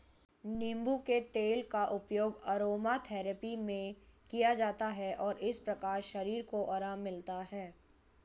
नींबू के तेल का उपयोग अरोमाथेरेपी में किया जाता है और इस प्रकार शरीर को आराम मिलता है